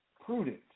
prudent